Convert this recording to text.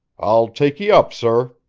i'll take ye up, sor.